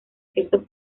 ciertos